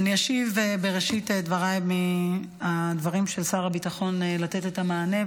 בראשית דבריי אני אשיב מהדברים של שר הביטחון לתת את המענה,